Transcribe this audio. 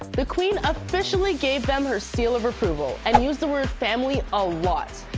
the queen officially gave them her seal of approval and used the word family a lot,